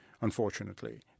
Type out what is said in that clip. unfortunately